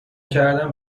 کردن